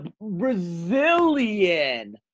Brazilian